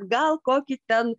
gal kokį ten